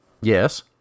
Yes